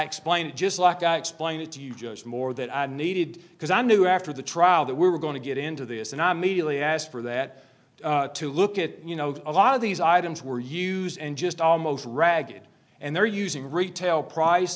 explain it just like i explained it to you just more that i needed because i knew after the trial that we were going to get into this and i'm mediately asked for that to look at you know a lot of these items were used and just almost ragged and they're using retail price